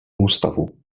ústavu